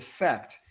effect